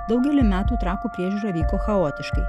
daugelį metų trakų priežiūra vyko chaotiškai